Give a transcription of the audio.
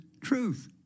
truth